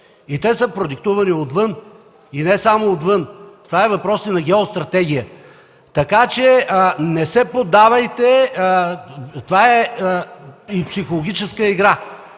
Те са продиктувани отвън и не само отвън, а това е въпрос и на геостратегия. Така че не се поддавайте, това е и психологическа игра.